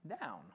down